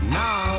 now